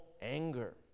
Anger